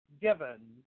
given